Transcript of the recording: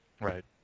Right